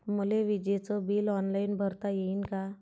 मले विजेच bill online भरता येईन का?